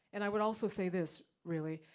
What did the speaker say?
and i would also say this really,